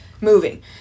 moving